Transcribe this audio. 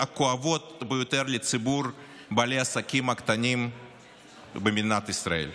הכואבות ביותר לציבור בעלי העסקים הקטנים במדינת ישראל.